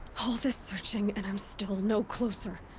all this searching and i'm still no closer!